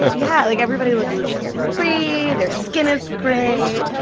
yeah. like, everybody looks so carefree. their skin is great.